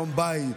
שלום בית,